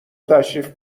تشریف